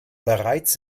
bereits